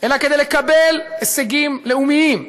אלא כדי לקבל הישגים לאומיים.